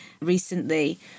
recently